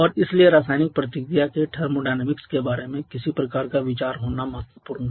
और इसलिए रासायनिक प्रतिक्रिया के थर्मोडायनामिक्स के बारे में किसी प्रकार का विचार होना महत्वपूर्ण है